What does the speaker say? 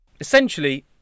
Essentially